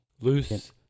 Loose